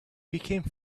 became